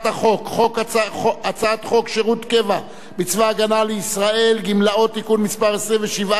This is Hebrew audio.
חוק שירות הקבע בצבא-הגנה לישראל (גמלאות) (תיקון 27),